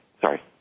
Sorry